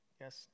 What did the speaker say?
Yes